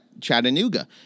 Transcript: Chattanooga